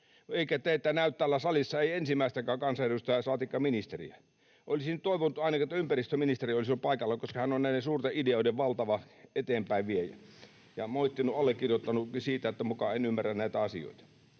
Eikä teitä näy täällä salissa, ei ensimmäistäkään kansanedustajaa, saatikka ministeriä. Olisin toivonut, että ainakin ympäristöministeri olisi ollut paikalla, koska hän on näiden suurten ideoiden valtava eteenpäinviejä ja moittinut allekirjoittanuttakin siitä, että muka en ymmärrä näitä asioita.